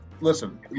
Listen